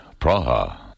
Praha